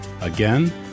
Again